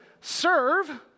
serve